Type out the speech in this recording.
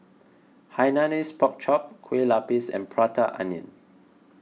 Hainanese Pork Chop Kueh Lapis and Prata Onion